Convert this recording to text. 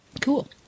cool